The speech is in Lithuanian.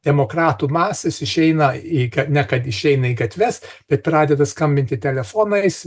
demokratų masės išeina į ne kad išeina į gatves bet pradeda skambinti telefonais